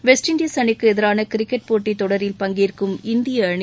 west Indies அணிக்கு எதிரான cricket போட்டித் தொடரில் பங்கேற்கும் இந்திய அணி